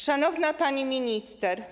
Szanowna Pani Minister!